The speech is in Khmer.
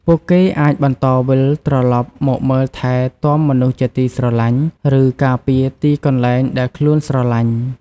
ពួកគេអាចបន្តវិលត្រឡប់មកមើលថែទាំមនុស្សជាទីស្រឡាញ់ ឬការពារទីកន្លែងដែលខ្លួនស្រឡាញ់។